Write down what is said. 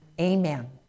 Amen